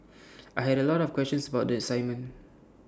I had A lot of questions about the assignment